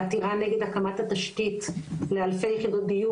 בעתירה נגד הקמת התשתית לאלפי יחידות דיור,